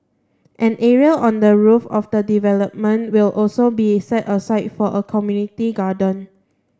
an area on the roof of the development will also be set aside for a community garden